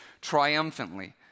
triumphantly